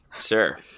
Sure